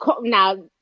now